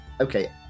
okay